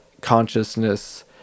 consciousness